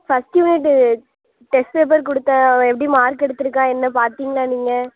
first unit test paper கொடுத்தேன் அவன் எப்படி மார்க் எடுத்திருக்கான் என்ன பார்த்திங்களா நீங்கள்